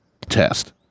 test